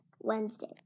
Wednesday